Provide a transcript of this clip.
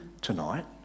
tonight